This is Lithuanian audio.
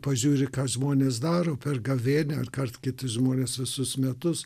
pažiūri ką žmonės daro per gavėnią ar kart kiti žmonės visus metus